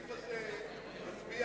נגד?